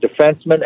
defenseman